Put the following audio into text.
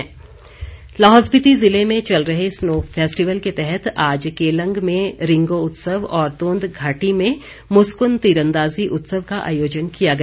उत्सव लाहौल स्पीति जिले में चल रहे स्नो फैस्टिवल के तहत आज केलंग में रिंगों उत्सव और तोंद घाटी में मुस्कुन तीरंदाजी उत्सव का आयोजन किया गया